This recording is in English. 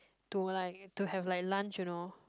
to like to have like lunch you know